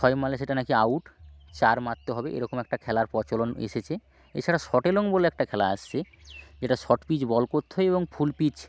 ছয় মারলে সেটা না কি আউট চার মারতে হবে এরকম একটা খেলার প্রচলন এসেছে এছাড়া শর্টে লং বলে একটা খেলা আসছে যেটা শর্ট পিচ বল করতে হয় এবং ফুল পিচ